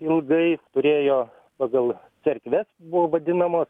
ilgai turėjo pagal cerkves buvo vadinamos